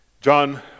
John